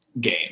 game